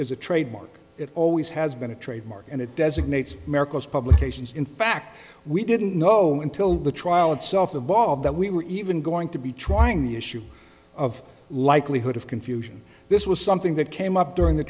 is a trademark it always has been a trademark and it designates america's publications in fact we didn't know until the trial itself involved that we were even going to be trying the issue of likelihood of confusion this was something that came up during the